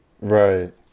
Right